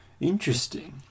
Interesting